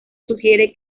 sugiere